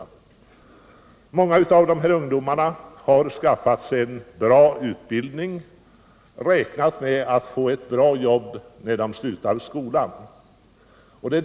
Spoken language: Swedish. Många av dem har skaffat sig en bra utbildning och räknat med att få ett bra jobb när de slutat skolan.